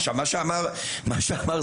עכשיו מה שאמר סימון,